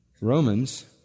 Romans